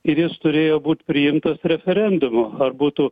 ir jis turėjo būt priimtas referendumu ar būtų